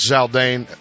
Zaldane